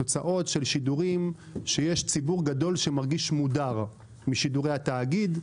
אלה תוצאות של שידורים שיש ציבור גדול שמרגיש מודר משידורי התאגיד.